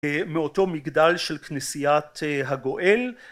מאותו מגדל של כנסיית הגואל